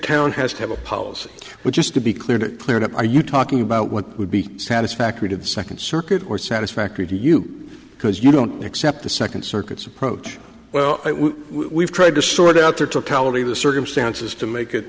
town has to have a policy but just to be clear that cleared up are you talking about what would be satisfactory to the second circuit or satisfactory to you because you don't accept the second circuit's approach well we've tried to sort out their totality of the circumstances to make it